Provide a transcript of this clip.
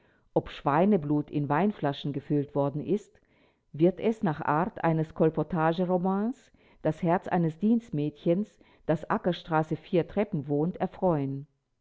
ob schweineblut in weinflaschen gefüllt worden ist wird es nach art eines kolportageromans das herz eines dienstmädchens das ackerstraße vier treppen wohnt erfreuen